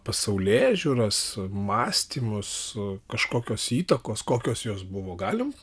pasaulėžiūras mąstymus kažkokios įtakos kokios jos buvo galim